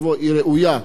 אני חושב,